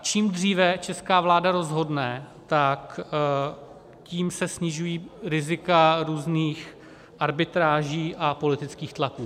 Čím dříve česká vláda rozhodne, tím se snižují rizika různých arbitráží a politických tlaků.